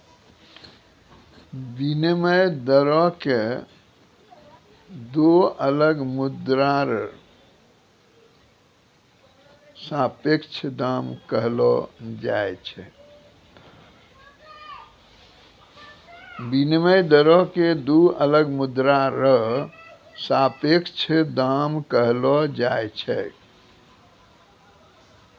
विनिमय दरो क दो अलग मुद्रा र सापेक्ष दाम कहलो जाय छै